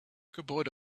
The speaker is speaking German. gebäude